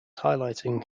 highlighting